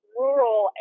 rural